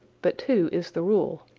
but two is the rule.